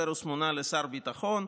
פרס מונה לשר ביטחון,